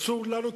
אסור לנו,